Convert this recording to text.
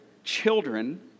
Children